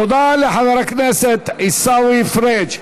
תודה לחבר הכנסת עיסאווי פריג'.